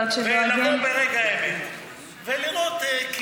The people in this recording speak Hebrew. ולבוא ברגע האמת ולראות,